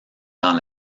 dans